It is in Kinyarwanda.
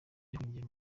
yahungiye